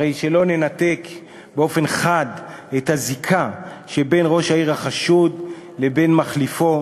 הרי שלא ננתק באופן חד את הזיקה שבין ראש העיר החשוד לבין מחליפו,